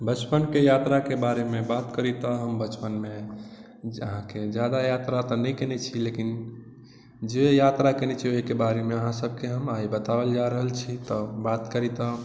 बचपनके यात्राके बारेमे बात करी तऽ हम बचपनमे अहाँके ज्यादा यात्रा तऽ नहि केने छी लेकिन जे यात्रा केने छी ओहिके बारेमे अहाँसबके हम आइ बतावल जा रहल छी तऽ बात करी तऽ